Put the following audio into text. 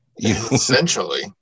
essentially